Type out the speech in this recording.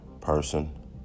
person